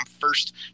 first